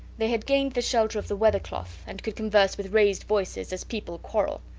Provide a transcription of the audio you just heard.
they had gained the shelter of the weather-cloth, and could converse with raised voices, as people quarrel.